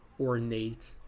ornate